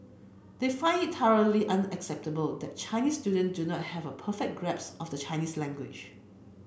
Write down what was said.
they find it thoroughly unacceptable that Chinese student do not have a perfect grasp of the Chinese language